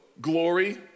glory